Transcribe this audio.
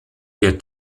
der